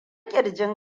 kirjin